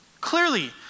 Clearly